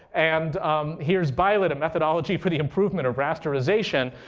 and here's bielid a methodology for the improvement of rasterization.